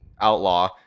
outlaw